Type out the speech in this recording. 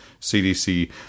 CDC